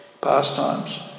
pastimes